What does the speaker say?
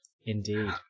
indeed